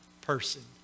person